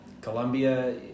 Colombia